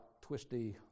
twisty